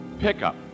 Pickup